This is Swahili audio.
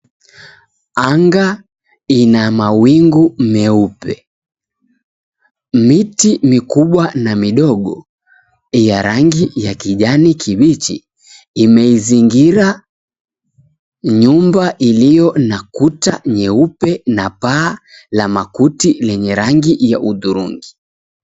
Anga ina mawingu meupe. Miti mikubwa na midogo, ya rangi ya kijani kibichi, imeizingira nyumba iliyo na kuta nyeupe na paa la makuti lenye rangi ya udhurungi.